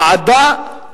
ועדה,